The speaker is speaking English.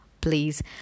please